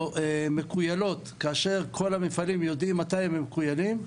מכוילות כאשר כל המפעלים יודעים מתי הם מכוילים.